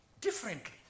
differently